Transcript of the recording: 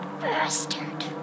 Bastard